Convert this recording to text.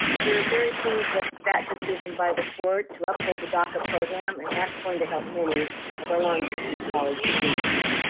we are very pleased with that decision by the court to uphold the daca program, and that's going to help many of the long beach city college students.